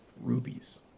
rubies